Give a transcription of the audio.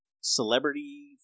celebrity